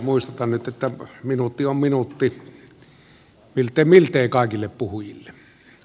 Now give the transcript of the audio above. muistutan että minuutti on minuutti miltei kaikille puhujille